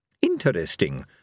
Interesting